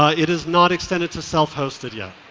ah it is not extended to self-hosted yet,